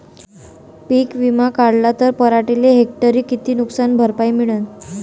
पीक विमा काढला त पराटीले हेक्टरी किती नुकसान भरपाई मिळीनं?